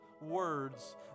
words